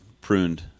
pruned